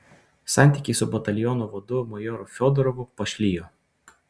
santykiai su bataliono vadu majoru fiodorovu pašlijo